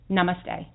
Namaste